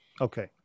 Okay